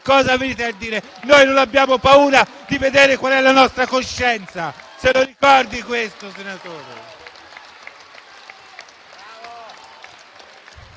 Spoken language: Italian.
Cosa venite a dire? Noi non abbiamo paura di vedere qual è la nostra coscienza. Se lo ricordi questo, senatore